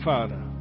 Father